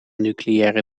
nucleaire